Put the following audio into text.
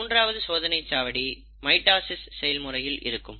மூன்றாவது சோதனைச்சாவடி மைட்டாசிஸ் செயல்முறையில் இருக்கும்